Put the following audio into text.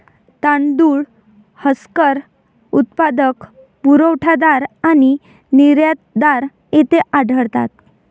तांदूळ हस्कर उत्पादक, पुरवठादार आणि निर्यातदार येथे आढळतात